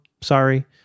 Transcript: Sorry